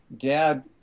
Dad